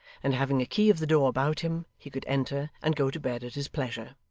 and having a key of the door about him he could enter and go to bed at his pleasure.